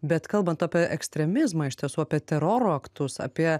bet kalbant apie ekstremizmą iš tiesų apie teroro aktus apie